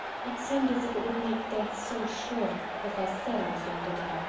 it seemed as if it would make death so sure if i said i was going to die,